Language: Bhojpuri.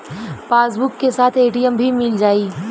पासबुक के साथ ए.टी.एम भी मील जाई?